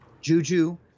Juju